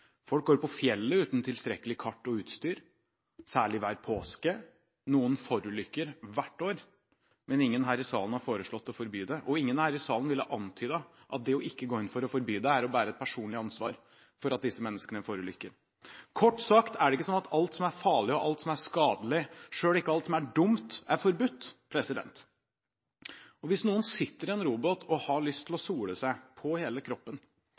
Folk går på fjellet uten tilstrekkelig kart og utstyr, særlig hver påske. Noen forulykker hvert år, men ingen her i salen har foreslått å forby det, og ingen her i salen ville antydet at det ikke å gå inn for å forby det, er å bære et personlig ansvar for at disse menneskene forulykker. Kort sagt er det ikke sånn at alt som er farlig, og alt som er skadelig, selv ikke alt som er dumt, er forbudt. Hvis noen sitter i en robåt og har lyst til å sole seg på hele kroppen,